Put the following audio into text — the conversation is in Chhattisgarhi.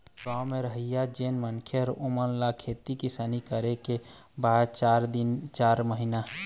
गाँव म रहइया जेन मनखे हे ओेमन ल खेती किसानी करे के बाद चारिन महिना